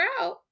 out